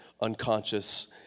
unconscious